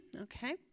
Okay